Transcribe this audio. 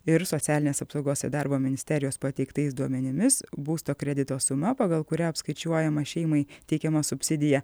ir socialinės apsaugos ir darbo ministerijos pateiktais duomenimis būsto kredito suma pagal kurią apskaičiuojama šeimai teikiama subsidija